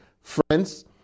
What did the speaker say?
Friends